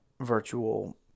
virtual